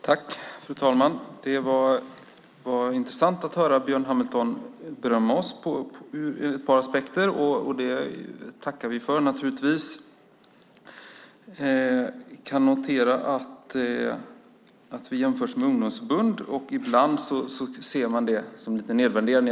Fru talman! Det var intressant att höra Björn Hamilton berömma oss ur ett par aspekter. Det tackar vi för. Vi kan notera att vi jämförs med ungdomsförbund. Ibland ser man det som lite nedvärderande.